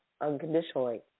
unconditionally